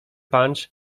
punch